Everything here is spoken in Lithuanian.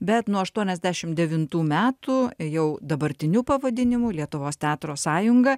bet nuo aštuoniasdešim devintų metų jau dabartiniu pavadinimu lietuvos teatro sąjunga